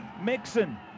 Mixon